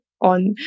on